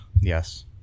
Yes